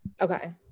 Okay